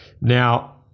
now